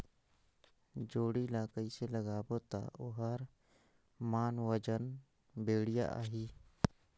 जोणी ला कइसे लगाबो ता ओहार मान वजन बेडिया आही?